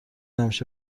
همیشه